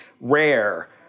rare